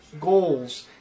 goals